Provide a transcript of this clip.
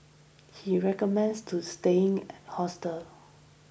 he recommends to staying at hostels